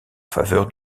faveur